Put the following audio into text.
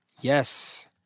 Yes